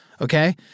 Okay